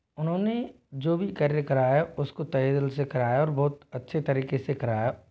उन्होंने जो भी कार्य कराया उसको तहे दिल से कराया और बहुत अच्छे तरीके से कराया